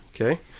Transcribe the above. okay